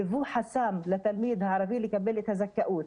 היוו חסם לתלמיד הערבי לקבל את הזכאות.